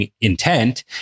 Intent